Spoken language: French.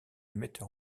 metteur